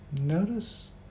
Notice